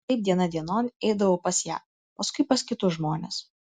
taip diena dienon eidavau pas ją paskui pas kitus žmones